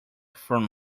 from